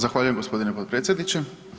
Zahvaljujem gospodine potpredsjedniče.